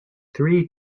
three